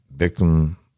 Victim